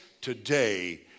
today